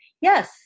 yes